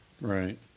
Right